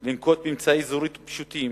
לנקוט אמצעי זהירות פשוטים